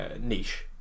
niche